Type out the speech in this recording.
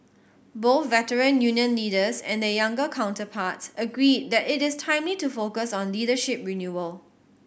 both Veteran Union leaders and their younger counterparts agreed that it is timely to focus on leadership renewal